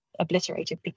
obliterated